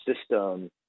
system